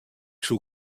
soe